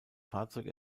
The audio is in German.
fahrzeug